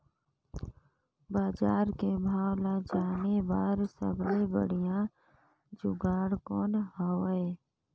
बजार के भाव ला जाने बार सबले बढ़िया जुगाड़ कौन हवय?